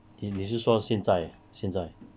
你你是说现在现在